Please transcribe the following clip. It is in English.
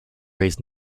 raised